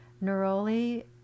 neroli